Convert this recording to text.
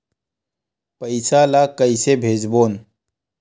पईसा ला कइसे भेजबोन?